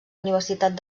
universitat